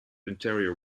interior